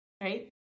Right